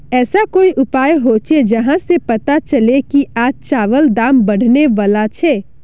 ऐसा कोई उपाय होचे जहा से पता चले की आज चावल दाम बढ़ने बला छे?